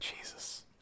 Jesus